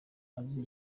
azi